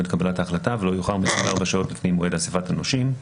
קבלת ההחלטה ולא יאוחר מ-24 שעות לפני מועד אסיפת הנושים.